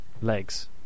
legs